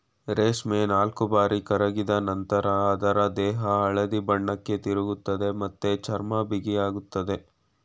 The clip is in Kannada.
ರೇಷ್ಮೆ ನಾಲ್ಕುಬಾರಿ ಕರಗಿದ ನಂತ್ರ ಅದ್ರ ದೇಹ ಹಳದಿ ಬಣ್ಣಕ್ಕೆ ತಿರುಗ್ತದೆ ಮತ್ತೆ ಚರ್ಮ ಬಿಗಿಯಾಗ್ತದೆ